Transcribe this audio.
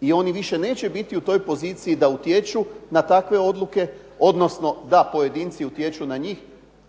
I oni više neće biti u toj poziciji da utječu na takve odluke, odnosno da pojedinci utječu na njih